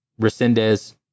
Resendez